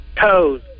toes